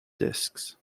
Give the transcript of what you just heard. discs